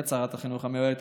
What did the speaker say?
שרת החינוך המיועדת,